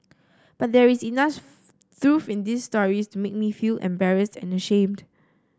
but there is enough truth in these stories to make me feel embarrassed and ashamed